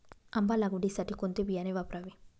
आंबा लागवडीसाठी कोणते बियाणे वापरावे?